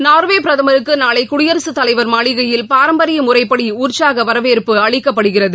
Norway பிரதமருக்கு நாளை குடியரசு தலைவர் மாளிகையில் பாரம்பரிய முறைப்படி உற்சாக வரவேற்பு அளிக்கப்படுகிறது